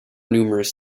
numerous